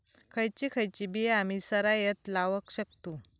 खयची खयची बिया आम्ही सरायत लावक शकतु?